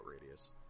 radius